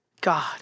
God